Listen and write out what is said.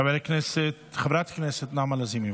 חברת הכנסת נעמה לזימי,